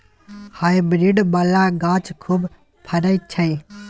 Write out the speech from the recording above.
hybrid बला गाछ खूब फरइ छै